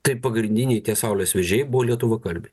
tai pagrindiniai tie saulės vežėjai buvo lietuvakalbiai